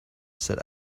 said